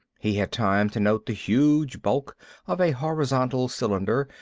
he had time to note the huge bulk of a horizontal cylinder,